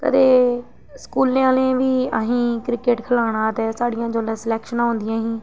कदें स्कूले आह्लें बी अहें गी क्रिकेट खलाना ते साढ़ियां जेल्लै सलैक्शनां होंदियां ही